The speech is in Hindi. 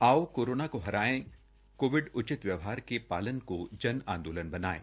आओ कोरोना को हराए कोविड उचित व्यवहार के पालन को जन आंदोलन बनायें